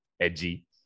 edgy